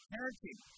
Parenting